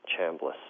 Chambliss